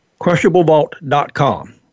Crushablevault.com